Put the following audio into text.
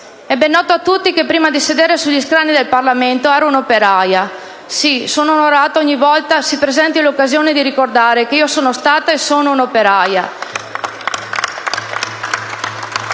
È ben noto a tutti che prima di sedere sugli scranni del Parlamento ero un'operaia. Sì, sono onorata ogni volta si presenti l'occasione di ricordare che io sono stata e sono un'operaia.